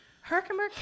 Herkimer